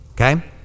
okay